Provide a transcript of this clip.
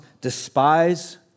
despise